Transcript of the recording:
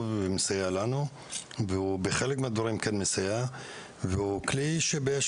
ומסייע לנו והוא בחלק מהדברים כן מסייע והוא כלי שבאיזה